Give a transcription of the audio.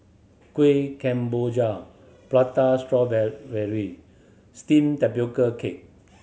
Kueh Kemboja prata steamed tapioca cake